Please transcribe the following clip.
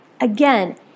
Again